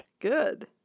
Good